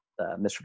Mr